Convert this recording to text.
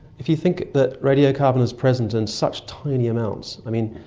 if you think that radiocarbon is present in such tiny amounts. i mean,